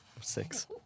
Six